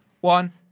one